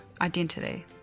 identity